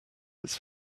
its